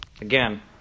Again